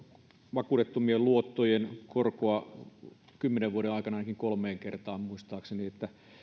vakuudettomien luottojen korkoa kymmenen vuoden aikana ainakin kolmeen kertaan muistaakseni